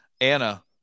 Anna